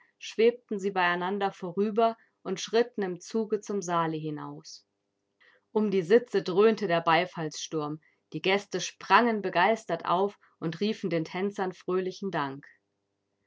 schwebten sie beieinander vorüber und schritten im zuge zum saale hinaus um die sitze dröhnte der beifallssturm die gäste sprangen begeistert auf und riefen den tänzern fröhlichen dank